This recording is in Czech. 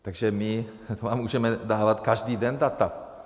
Takže my vám můžeme dávat každý den data.